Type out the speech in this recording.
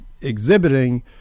exhibiting